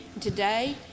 Today